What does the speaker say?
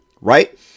right